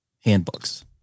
handbooks